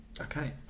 Okay